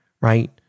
right